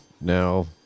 now